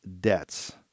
debts